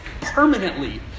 permanently